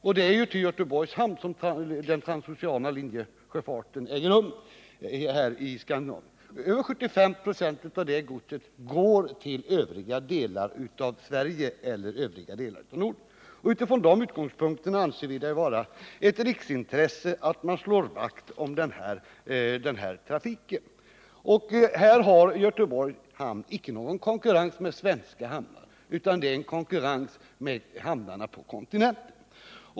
Över 75 96 av det gods som denna sjöfart transporterar skickas vidare till övriga delar av Sverige eller till andra nordiska länder. Med den utgångspunkten anser vi det vara ett riksintresse att man slår vakt om den här trafiken. När det gäller denna trafik har Göteborgs hamn inte någon konkurrens med svenska hamnar, utan man arbetar i konkurrens med hamnarna på kontinenten.